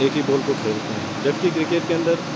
ایک ہی بال کو کھیلتے ہیں جبکہ کرکٹ کے اندر